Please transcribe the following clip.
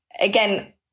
again